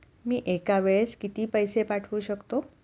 मी एका वेळेस किती पैसे पाठवू शकतो?